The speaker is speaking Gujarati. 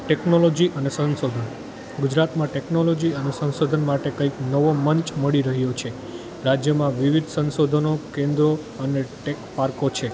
ટેકનોલોજી અને સંસોધન ગુજરાતમાં ટેકનોલોજી અને સંશોધન માટે કંઈક નવો મંચ મળી રહ્યો છે રાજ્યમાં વિવિધ સંશોધનો કેન્દ્રો અને ટેક પાર્કો છે